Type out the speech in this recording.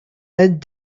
and